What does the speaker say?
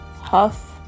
Huff